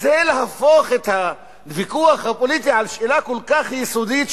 זה להפוך את הוויכוח הפוליטי על שאלה כל כך יסודית,